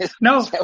no